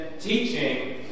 teaching